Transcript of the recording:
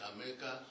America